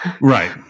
Right